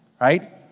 right